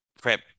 prep